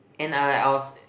and I like I was